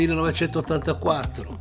1984